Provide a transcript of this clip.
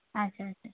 ᱟᱪᱪᱷᱟ ᱟᱪᱪᱷᱟ